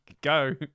go